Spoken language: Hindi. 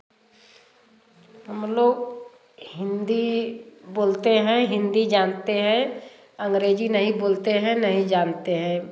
हम लोग हिंदी बोलते हैं हिंदी जानते हैं अंग्रेजी नहीं बोलते हैं नहीं जानते हैं